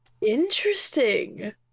Interesting